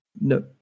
No